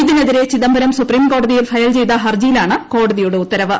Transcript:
ഇതിനെതിരെ ചിദംബരം സുപ്രീംകോടതിയിൽ ഫയൽ ചെയ്ത ഹർജിയിലാണ് കോടതിയുടെ ഉത്തരവ്